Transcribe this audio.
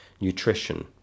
nutrition